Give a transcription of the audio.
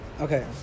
Okay